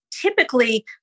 typically